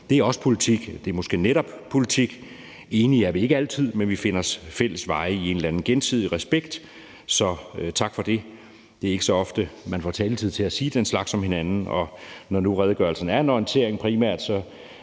Det er også politik – det er måske netop politik. Enige er vi ikke altid, men vi finder fælles veje i en eller anden gensidig respekt – så tak for det. Det er ikke så ofte, man får taletid til at sige den slags om hinanden, men når nu redegørelsen primært er en orientering, synes